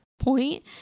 point